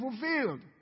fulfilled